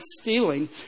stealing